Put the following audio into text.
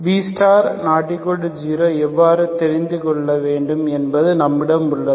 B0 எவ்வாறு தெரிந்து கொள்ள வேண்டும் என்பது நம்மிடம் உள்ளது